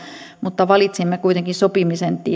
mutta valitsimme kuitenkin sopimisen